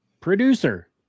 producer